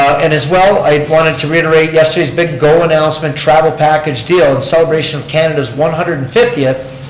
and as well, i wanted to reiterate yesterday's big go announcement travel package deal. in celebration of canada's one hundred and fiftieth,